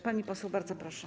Pani poseł, bardzo proszę.